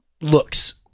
looks